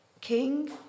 King